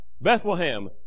Bethlehem